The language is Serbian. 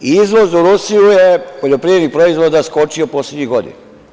Izvoz u Rusiju poljoprivrednih proizvoda je skočio poslednjih godina.